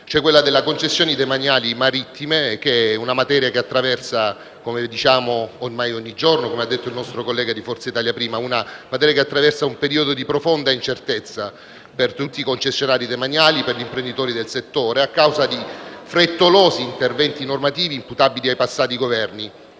relativa alle concessioni demaniali marittime; si tratta di una materia che attraversa, come diciamo ormai ogni giorni e come ha detto il collega di Forza Italia prima, un periodo di profonda incertezza per tutti i concessionari demaniali e per gli imprenditori del settore a causa di frettolosi interventi normativi imputabili ai passati Governi,